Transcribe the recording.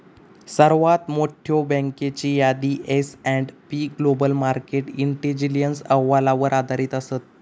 सर्वात मोठयो बँकेची यादी S and P global market intelligence अहवालावर आधारित असत